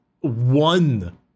one